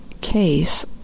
case